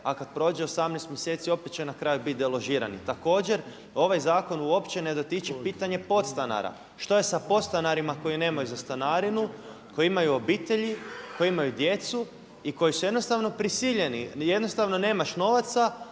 a kada prođe 18 mjeseci opet će na kraju biti deložirani. Također ovaj zakon uopće ne dotiče pitanje podstanara. Što je sa podstanarima koji nemaju za stanarinu, koji imaju obitelji, koji imaju djecu i koji su jednostavno prisiljeni, jednostavno nemaš novaca